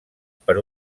per